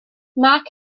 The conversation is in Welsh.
mark